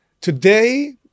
Today